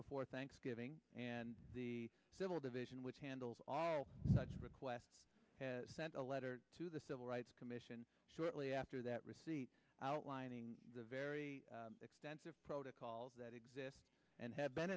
before thanksgiving and the civil division which handles all such requests sent a letter to the civil rights commission shortly after that receipt outlining the very extensive protocols that exist and have been